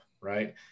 Right